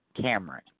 Cameron